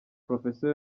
professor